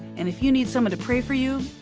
and if you need someone to pray for you,